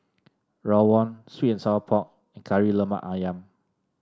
rawon sweet and Sour Pork and Kari Lemak ayam